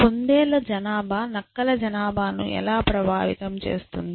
కుందేళ్ళ జనాభా నక్కల జనాభాను ఎలా ప్రభావితం చేస్తుంది